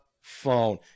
phone